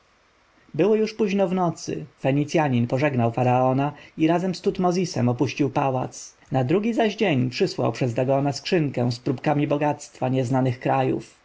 było już późno w nocy fenicjanin pożegnał faraona i razem z tutmozisem opuścił pałac na drugi zaś dzień przysłał przez dagona skrzynkę z próbkami bogactw nieznanych krajów